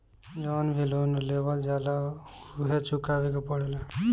जवन भी लोन लेवल जाला उके चुकावे के पड़ेला